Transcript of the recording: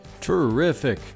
Terrific